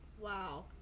Wow